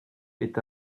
est